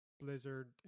blizzard